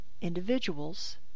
individuals